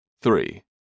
Three